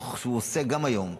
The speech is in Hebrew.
תוך שהוא עושה גם היום,